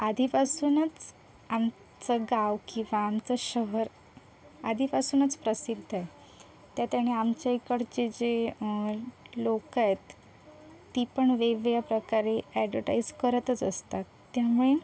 आधीपासूनच आमचं गाव किंवा आमचं शहर आधीपासूनच प्रसिद्ध आहे त्यात आणि आमच्या इकडचे जे लोकं आहेत ती पण वेगळ्या प्रकारे ॲडव्हरटाईज करतच असतात त्यामुळे